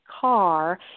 car